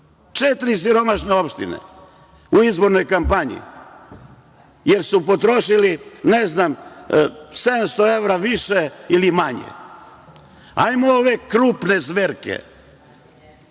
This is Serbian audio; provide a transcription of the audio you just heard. Četiri siromašne opštine u izbornoj kampanji, jer su potrošili, ne znam, 700 evra više ili manje. Hajdemo ove krupne zverke,